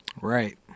Right